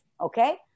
okay